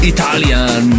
Italian